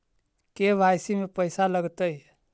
KYC में पैसा लगतै?